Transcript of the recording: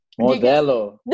Modelo